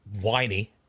whiny